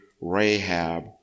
Rahab